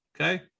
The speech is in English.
okay